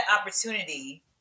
opportunity